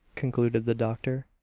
concluded the doctor.